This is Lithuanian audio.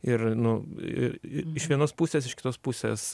ir nu i iš vienos pusės iš kitos pusės